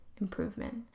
improvement